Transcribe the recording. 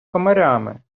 комарями